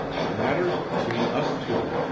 the matter's between us two.